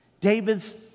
David's